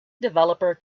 developer